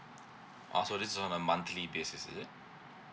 oh so this is on a monthly basis is it